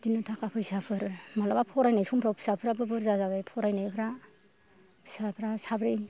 बिदिनो थाखा फैसाफोर मालाबा फरायनाय समफ्राव फिसाफ्राबो बुरजा जाबाय फरायनायफ्रा फिसाफ्रा साब्रै